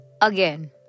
Again